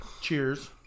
Cheers